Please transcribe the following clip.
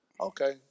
Okay